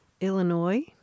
Illinois